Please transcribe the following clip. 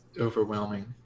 overwhelming